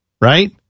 Right